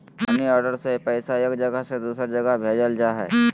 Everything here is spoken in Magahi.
मनी ऑर्डर से पैसा एक जगह से दूसर जगह भेजल जा हय